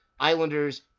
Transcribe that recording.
Islanders